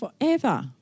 forever